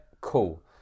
cool